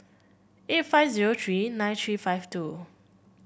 eight five zero three nine three five two